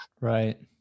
right